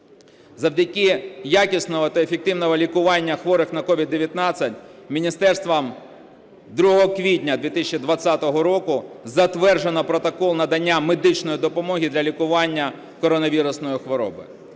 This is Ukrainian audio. Завдяки якісному та ефективному лікуванню хворих на COVID-19 міністерством 2 квітня 2020 року затверджено Протокол надання медичної допомоги для лікування коронавірусної хвороби.